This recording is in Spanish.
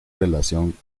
relación